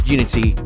Unity